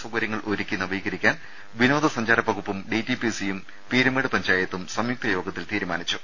സൌകര്യങ്ങൾ ഒരുക്കി നവീകരിക്കാൻ വിനോദസഞ്ചാർ വകുപ്പും ഡി ടി പി സിയും പീരുമേട് പഞ്ചായത്തും സംയുക്ത യോഗത്തിൽ തീരുമാനിച്ചു